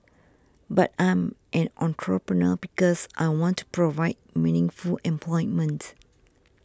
but I'm an entrepreneur because I want to provide meaningful employment